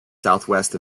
southwest